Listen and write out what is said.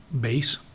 base